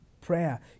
prayer